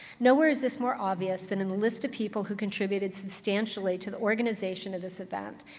nowhere is this more obvious than in the list of people who contributed substantially to the organization of this event.